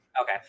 Okay